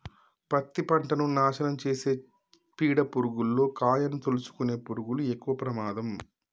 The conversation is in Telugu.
పత్తి పంటను నాశనం చేసే పీడ పురుగుల్లో కాయను తోలుసుకునే పురుగులు ఎక్కవ ప్రమాదం